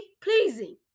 pleasing